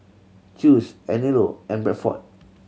Chew's Anello and Bradford